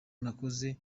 nakoze